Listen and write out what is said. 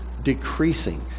decreasing